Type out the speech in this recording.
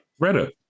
reddit